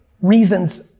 reasons